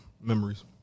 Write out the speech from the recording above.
memories